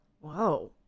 Whoa